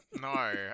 no